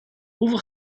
hoeveel